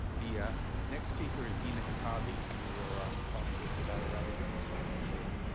the next speaker is dina katabi, who will ah talk to us about a rather different subject. dina?